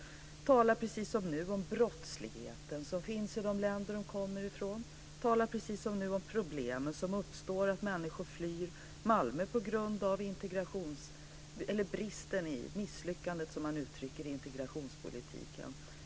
Han talar precis som nu om brottsligheten som finns i de länder dessa människor kommer ifrån. Han talar precis som nu om problem som uppstår när människor flyr Malmö på grund av misslyckandet i integrationspolitiken, som han uttrycker det. Fru talman!